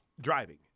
driving